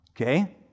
Okay